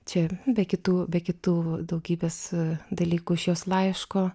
čia be kitų be kitų daugybės dalykų iš jos laiško